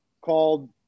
called